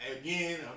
again